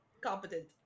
competent